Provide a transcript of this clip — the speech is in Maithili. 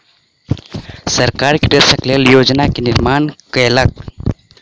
सरकार कृषक के लेल योजना के निर्माण केलक